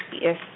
Yes